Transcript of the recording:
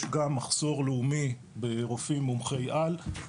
יש גם מחסור לאומי ברופאים מומחי על,